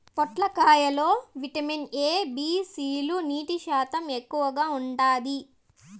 పొట్లకాయ లో vitamin A, B, C లు, నీటి శాతం ఎక్కువగా ఉంటాది